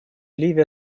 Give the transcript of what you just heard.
ливия